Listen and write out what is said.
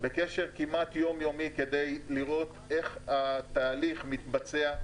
בקשר כמעט יום-יומי כדי לראות איך התהליך מתבצע,